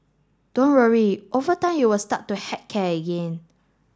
don't worry over time you will start to heck care again